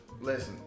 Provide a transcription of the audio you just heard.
listen